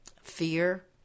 fear